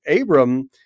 Abram –